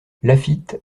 laffitte